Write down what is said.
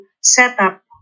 setup